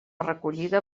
recollida